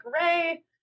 Ray